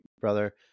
brother